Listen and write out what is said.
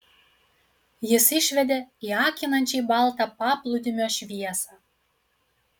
jis išvedė į akinančiai baltą paplūdimio šviesą